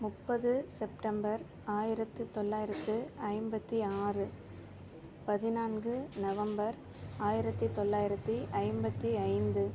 முப்பது செப்டம்பர் ஆயிரத்து தொள்ளாயிரத்து ஐம்பத்தி ஆறு பதினான்கு நவம்பர் ஆயிரத்தி தொள்ளாயிரத்தி ஐம்பத்தி ஐந்து